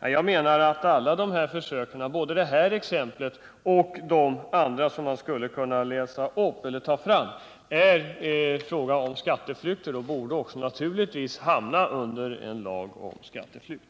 Jag menar att det i alla de här fallen — både detta exempel och andra som jag skulle kunna räkna upp — rör sig om försök till skatteflykt. Det borde naturligtvis också hamna under en lag om skatteflykt.